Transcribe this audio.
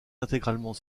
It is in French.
intégralement